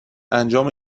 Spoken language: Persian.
انجام